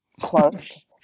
Close